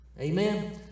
Amen